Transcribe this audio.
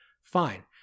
fine